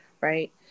right